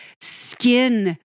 skin